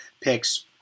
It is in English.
picks